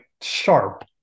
sharp